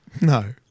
No